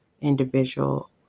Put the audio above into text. individual